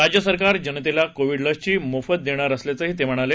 राज्य सरकार जनतेला कोविडची लस मोफत देणार असल्याचं ते म्हणाले